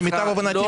למיטב הבנתי,